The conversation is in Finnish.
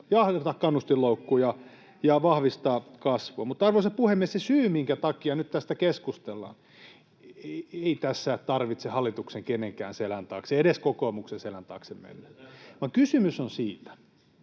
jahdata kannustinloukkuja ja vahvistaa kasvua. Arvoisa puhemies! Syy, minkä takia nyt tästä keskustellaan: Ei tässä tarvitse hallituksen kenenkään selän taakse mennä, edes kokoomuksen selän taakse, [Petteri Orpo: No siltä